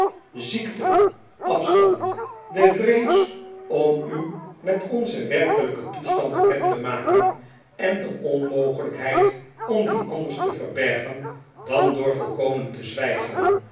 ziekte afstand de vrees om u met onzen werkelijken toestand bekend te maken en de onmogelijkheid om die anders te verbergen dan door volkomen te zwijgen